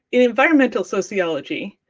in environmental sociology,